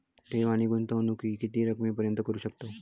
ठेव आणि गुंतवणूकी किती रकमेपर्यंत करू शकतव?